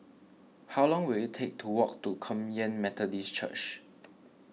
how long will it take to walk to Kum Yan Methodist Church